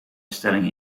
bestelling